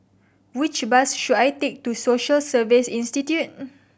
which bus should I take to Social Service Institute